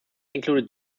included